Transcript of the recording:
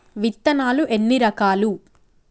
విత్తనాలు ఎన్ని రకాలు?